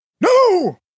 No